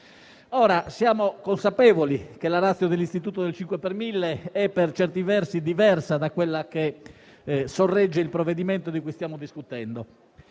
Siamo consapevoli che la *ratio* dell'istituto del 5 per mille è per certi versi diversa da quella che sorregge il provvedimento di cui stiamo discutendo.